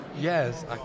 yes